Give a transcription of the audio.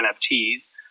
NFTs